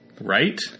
right